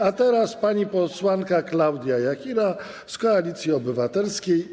A teraz pani posłanka Klaudia Jachira z Koalicji Obywatelskiej.